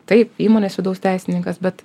taip įmonės vidaus teisininkas bet